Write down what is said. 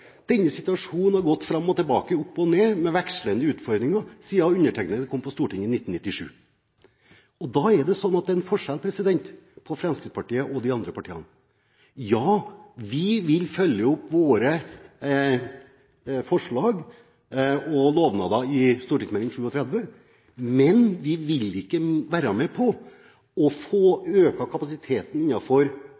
Denne situasjonen har gått fram og tilbake, opp og ned, med vekslende utfordringer siden undertegnede kom inn på Stortinget i 1997. Det er en forskjell på Fremskrittspartiet og de andre partiene: Ja, vi vil følge opp våre forslag og lovnader i St.meld. nr. 37 for 2007–2008, men vi vil ikke være med på å